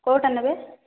କେଉଁଟା ନେବେ